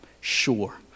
Sure